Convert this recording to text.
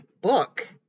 book